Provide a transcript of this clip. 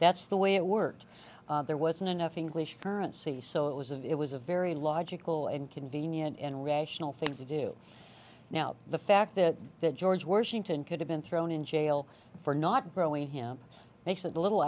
that's the way it worked there wasn't enough english currency so it was and it was a very logical and convenient and rational thing to do now the fact that that george washington could have been thrown in jail for not growing him they said a little